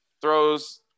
throws